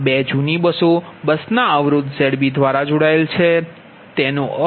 તેથી 2 જૂની બસો બસના અવરોધ Zb દ્વારા જોડાયેલ છે